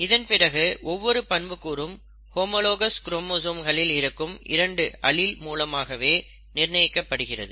இதன்பிறகு ஒவ்வொரு பண்பு கூறும் ஹோமோலாகஸ் குரோமோசோம்களில் இருக்கும் இரண்டு அலீல் மூலமாகவே நிர்ணயிக்கப்படுகிறது